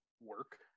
work